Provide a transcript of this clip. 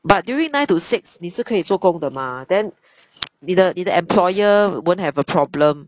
but during nine to six 你是可以做工的吗 then 你的你的 employer won't have a problem